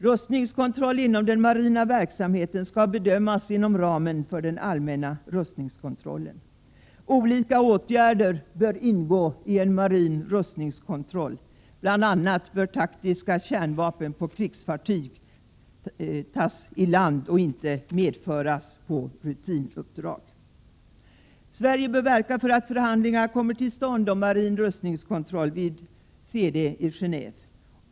Rustningskontroll inom den marina verksamheten skall bedömas inom ramen för den allmänna rustningskontrollen. Olika åtgärder bör ingå i en marin rustningskontroll. Bl. a. bör taktiska kärnvapen på krigsfartyg tas i land och inte medföras på rutinuppdrag. Sverige bör verka för att förhandlingar kommer till stånd om marin rustningskontroll vid CD i Genåve.